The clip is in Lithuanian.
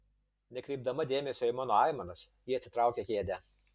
nekreipdama dėmesio į mano aimanas ji atsitraukia kėdę